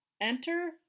Enter